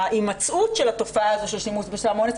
ההימצאות של התופעה הזאת של שימוש בסם אונס.